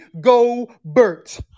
Gobert